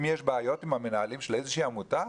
אם יש בעיות עם מנהלי איזושהי עמותה,